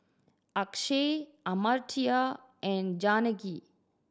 Akshay Amartya and Janaki